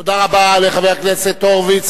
תודה רבה לחבר הכנסת הורוביץ.